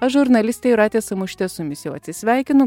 aš žurnalistė jūratė samušytė su jumis jau atsisveikinu